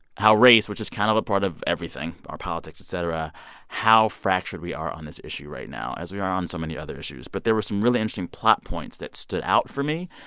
how race, which is kind of a part of everything our politics, et cetera how fractured we are on this issue right now, as we are on so many other issues but there were some really interesting plot points that stood out for me,